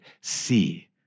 see